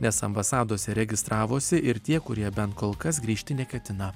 nes ambasadose registravosi ir tie kurie bent kol kas grįžti neketina